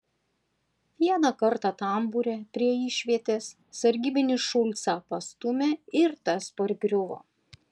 vieną kartą tambūre prie išvietės sargybinis šulcą pastūmė ir tas pargriuvo